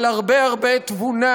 על הרבה הרבה תבונה,